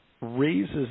raises